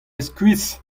skuizh